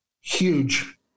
huge